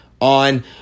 on